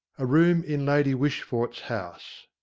a room in lady wishfort's house.